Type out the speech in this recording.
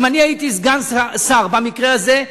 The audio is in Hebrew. אם אני הייתי סגן שר במקרה הזה,